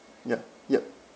yup yup